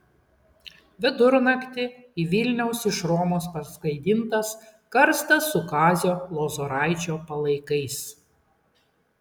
vidurnaktį į vilnių iš romos parskraidintas karstas su kazio lozoraičio palaikais